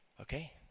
Okay